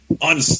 on